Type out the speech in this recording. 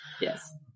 Yes